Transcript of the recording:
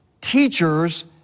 teachers